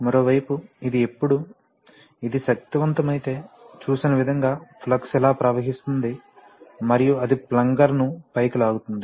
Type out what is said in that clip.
మరోవైపు ఇది ఎప్పుడు ఇది శక్తివంతమైతే చూపిన విధంగా ఫ్లక్స్ ఇలా ప్రవహిస్తుంది మరియు అది ప్లంగర్ ను పైకి లాగుతుంది